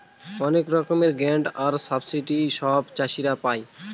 অনেক রকমের গ্রান্টস আর সাবসিডি সব চাষীরা পাই